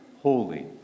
holy